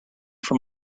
from